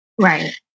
Right